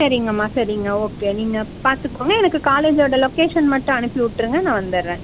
சரிங்கம்மா சரிங்கம்மா ஓகே நீங்கள் பார்த்துக்கோங்க எனக்கு காலேஜோட லொகேஷன் மட்டும் அனுப்பிவிட்ருங்க நான் வந்தட்றேன்